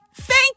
Thank